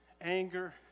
anger